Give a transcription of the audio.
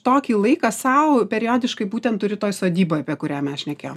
tokį laiką sau periodiškai būtent toj sodyboj apie kurią mes šnekėjom